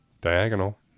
Diagonal